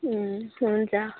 हुन्छ